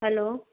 hello